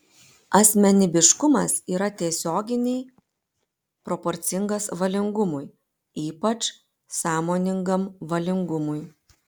asmenybiškumas yra tiesioginiai proporcingas valingumui ypač sąmoningam valingumui